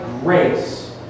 grace